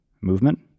movement